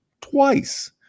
twice